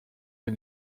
les